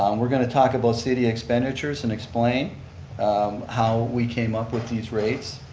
um we're going to talk about city expenditures and explain how we came up with these rates.